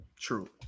true